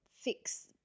fix